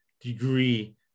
degree